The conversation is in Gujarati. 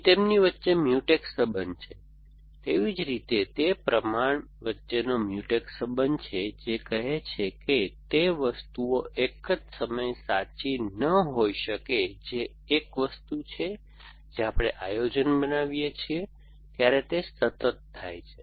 અહીં તેમની વચ્ચે મ્યુટેક્સ સંબંધ છે તેવી જ રીતે તે પ્રમાણ વચ્ચેનો મ્યુટેક્સ સંબંધ છે જે કહે છે કે તે વસ્તુઓ એક જ સમયે સાચી ન હોઈ શકે જે એક વસ્તુ છે જે આપણે આયોજન બનાવીએ છીએ ત્યારે તે સતત થાય છે